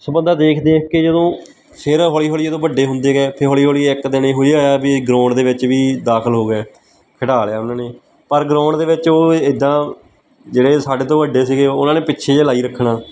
ਸੋ ਬੰਦਾ ਦੇਖ ਦੇਖ ਕੇ ਜਦੋਂ ਫਿਰ ਹੌਲੀ ਹੌਲੀ ਜਦੋਂ ਵੱਡੇ ਹੁੰਦੇ ਗਏ ਫਿਰ ਹੌਲੀ ਹੌਲੀ ਇੱਕ ਦਿਨ ਇਹੋ ਜਿਹਾ ਆਇਆ ਵੀ ਗਰਾਊਂਡ ਦੇ ਵਿੱਚ ਵੀ ਦਾਖਲ ਹੋ ਗਏ ਖਿਡਾ ਲਿਆ ਉਹਨਾਂ ਨੇ ਪਰ ਗਰਾਊਂਡ ਦੇ ਵਿੱਚ ਉਹ ਇੱਦਾਂ ਜਿਹੜੇ ਸਾਡੇ ਤੋਂ ਵੱਡੇ ਸੀਗੇ ਉਹਨਾਂ ਨੇ ਪਿੱਛੇ ਜਿਹੇ ਲਾਈ ਰੱਖਣਾ